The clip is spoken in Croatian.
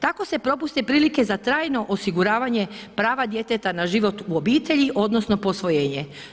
Tako se propuste prilike za trajno osiguravanje prava djeteta na život u obitelji odnosno posvojenje.